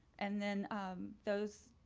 and then those,